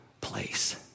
place